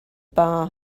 bar